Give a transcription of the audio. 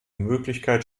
möglichkeit